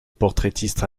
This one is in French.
portraitiste